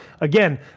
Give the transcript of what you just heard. again